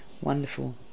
wonderful